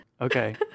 Okay